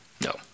No